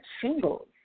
shingles